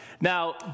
Now